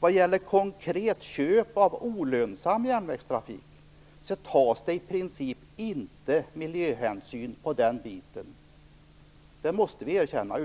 Vad rent konkret gäller köp av olönsam järnvägstrafik tas det i princip inga miljöhänsyn, det måste erkännas.